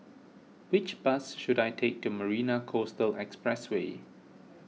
which bus should I take to Marina Coastal Expressway